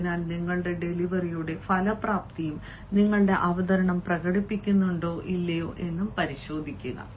അതിനാൽ നിങ്ങളുടെ ഡെലിവറിയുടെ ഫലപ്രാപ്തിയും നിങ്ങളുടെ അവതരണം പ്രകടിപ്പിക്കുന്നുണ്ടോ ഇല്ലയോ എന്ന് പരിശോധിക്കുക